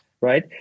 right